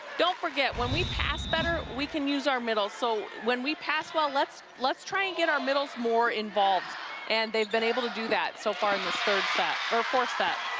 don't forget when we pass better, we can use our middle so when we pass well, let's let's try and get our middles more involved and they've been able to do thatso far in this third set or fourth set.